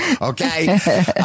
okay